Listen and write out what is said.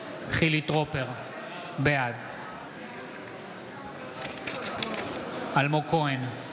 חילי טרופר, בעד אלמוג כהן,